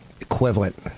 equivalent